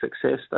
success